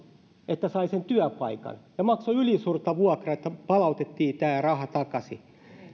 että sai sen työpaikan ja maksaa ylisuurta vuokraa että palautettiin tämä raha takaisin